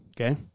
Okay